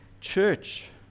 church